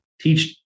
teach